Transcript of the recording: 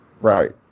Right